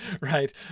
right